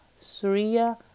Surya